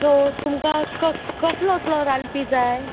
so तुमकां क कसलो असलो रांदपी जाय